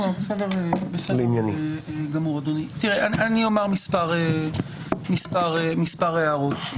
אני אומר מספר הערות.